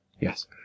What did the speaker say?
Yes